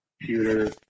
computer